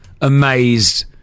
amazed